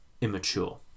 immature